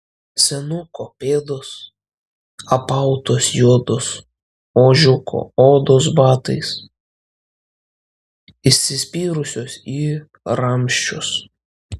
senuko pėdos apautos juodos ožkiuko odos batais įsispyrusios į ramsčius